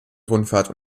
rundfahrt